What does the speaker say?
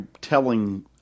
telling